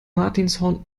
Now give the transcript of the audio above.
martinshorn